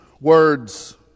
Words